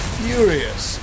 furious